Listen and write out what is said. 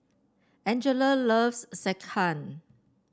Angella loves Sekihan